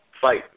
fight